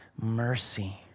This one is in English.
mercy